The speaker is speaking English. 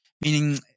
Meaning